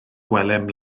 gwelem